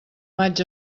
maig